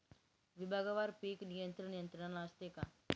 विभागवार पीक नियंत्रण यंत्रणा असते का?